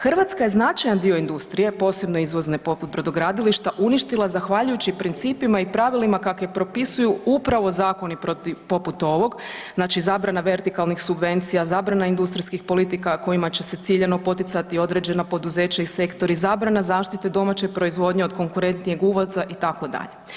Hrvatska je značajan dio industrije, posebno izvozne poput brodogradilišta uništila zahvaljujući principima i pravilima kakve propisuju upravo zakoni poput ovog, znači zabrana vertikalnih subvencija, zabrana industrijskih politika kojima će se ciljano poticati određena poduzeća i sektori, zabrana zaštite domaće proizvodnje od konkurentnijeg uvoza itd.